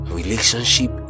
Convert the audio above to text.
relationship